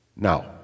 Now